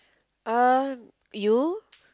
um you